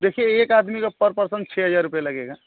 देखिए एक आदमी का पर पर्सन छह हज़ार रुपये लगेगा